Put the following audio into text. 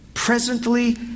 Presently